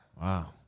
Wow